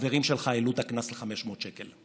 החברים שלך העלו את הקנס ל-500 שקל.